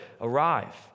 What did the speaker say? arrive